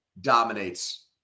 dominates